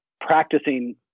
practicing